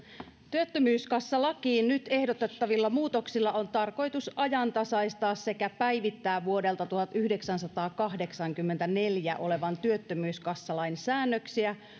työttömyyskassalakiin nyt ehdotettavilla muutoksilla on tarkoitus ajantasaistaa sekä päivittää vuodelta tuhatyhdeksänsataakahdeksankymmentäneljä olevan työttömyyskassalain säännöksiä